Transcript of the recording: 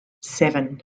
seven